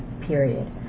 period